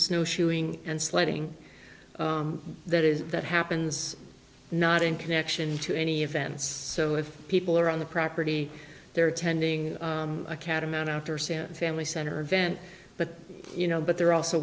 snowshoeing and sliding that is that happens not in connection to any events so if people are on the property they're attending a catamount after santa family center event but you know but they're also